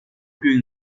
più